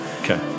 Okay